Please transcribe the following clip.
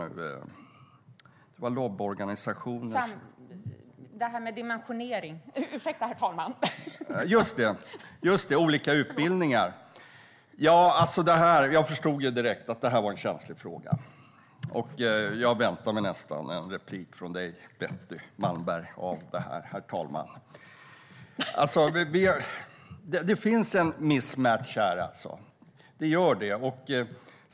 : Ursäkta, herr talman, frågan gällde dimensionering.) Just det! Det handlade om olika utbildningar. Jag förstod direkt att det var en känslig fråga, och jag väntade mig nästan en replik från Betty Malmberg om det här, herr talman. Det finns en mismatch här.